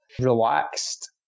relaxed